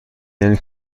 یعنی